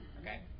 okay